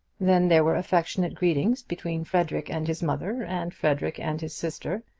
then there were affectionate greetings between frederic and his mother and frederic and his sister,